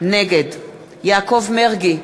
נגד יעקב מרגי,